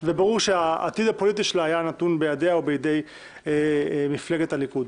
וברור שהעתיד הפוליטי שלה היה נתון בידיה ובידי מפלגת הליכוד.